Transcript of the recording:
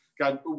God